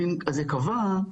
קבע,